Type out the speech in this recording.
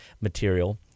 material